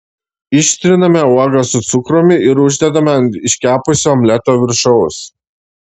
ištriname uogas su cukrumi ir uždedame ant iškepusio omleto viršaus